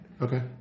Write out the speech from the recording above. Okay